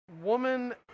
woman